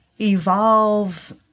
evolve